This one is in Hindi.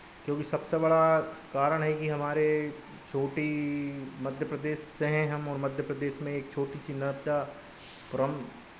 क्योंकि सबसे बड़ा कारण है कि हमारे छोटी मध्य प्रदेश से हैं हम और मध्य प्रदेश में एक छोटी सी नर्बदापुरम